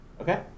Okay